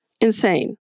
Insane